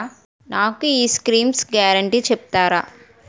నాకు ఈ schemes guarantee చెప్తారా?